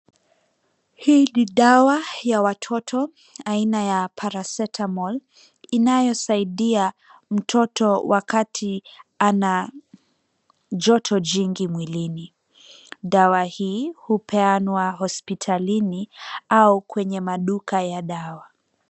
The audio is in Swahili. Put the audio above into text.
Hii ni dawa ya watoto, aina ya paracetamol, inayosaidia mtoto wakati ana joto jingi mwilini. Dawa hii hupeanwa hospitalini au kwenye maduka ya dawa.